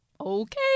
okay